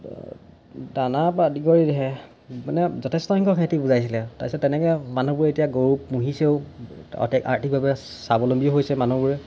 দানা পৰা আদি কৰি মানে যথেষ্ট সংখ্যক সিহঁতে বুজাইছিলে ত্যাৰপিছত তেনেকৈ মানুহবোৰে এতিয়া গৰু পুহিছেও আৰ্থিকভাৱে স্বাৱলম্বীও হৈছে মানুহবোৰে